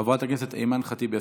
חברת הכנסת אימאן ח'טיב יאסין,